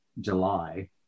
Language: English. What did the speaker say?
July